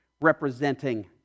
representing